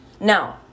now